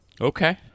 Okay